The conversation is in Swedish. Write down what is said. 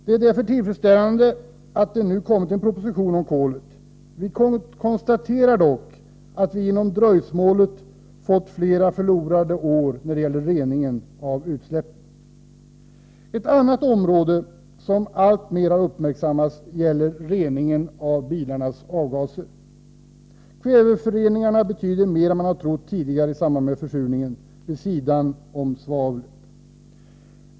Det är därför tillfredsställande att det nu kommit en proposition om kolet. Vi konstaterar dock att genom dröjsmålet flera år gått förlorade när det gäller reningen av utsläppen. Ett annat område som alltmer har uppmärksammats gäller reningen av bilarnas avgaser. Kväveföreningarna betyder mer än man hade trott tidigare i samband med försurningen, vid sidan om svavlet.